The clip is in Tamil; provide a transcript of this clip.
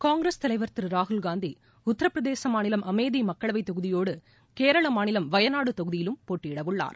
காங்கிரஸ் தலைவர் திருராகுல் காந்திடத்தரபிரதேசமாநிலம் அமேதிமக்களவைதொகுதியோடுகேரளமாநிலம் வயநாடுதொகுதியிலும் போட்டியிடஉள்ளார்